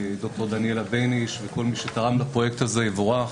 דוקטור דניאלה ביניש וכל מי שתרם לפרויקט הזה יבורך.